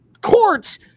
courts